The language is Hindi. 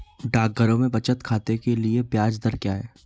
डाकघरों में बचत खाते के लिए ब्याज दर क्या है?